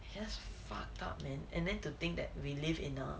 yes fucked up man and then to think that we live in a